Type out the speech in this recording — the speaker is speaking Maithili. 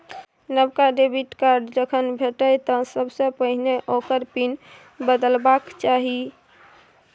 नबका डेबिट कार्ड जखन भेटय तँ सबसे पहिने ओकर पिन बदलबाक चाही